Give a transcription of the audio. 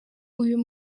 uyu